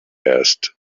asked